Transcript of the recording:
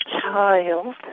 child